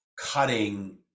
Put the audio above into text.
cutting